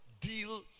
deal